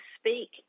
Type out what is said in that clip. speak